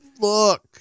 Look